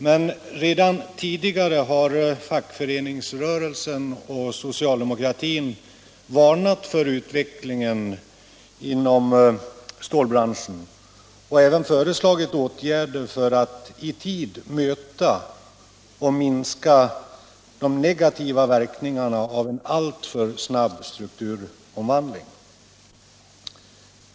Men redan tidigare har fackföreningsrörelsen och socialdemokratin varnat för utvecklingen inom stålbranschen och även föreslagit åtgärder för att i tid möta och minska de negativa verkningarna av en alltför snabb strukturomvandling.